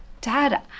Dad